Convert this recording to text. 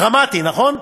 דרמטי, נכון?